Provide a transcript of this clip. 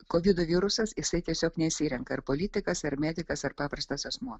kovido virusas jisai tiesiog nesirenka ar politikas ar medikas ar paprastas asmuo